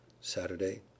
Saturday